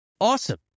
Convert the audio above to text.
awesome